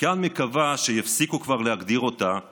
גם מקווה שיפסיקו כבר להגדיר אותה כרוסים,